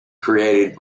created